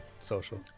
social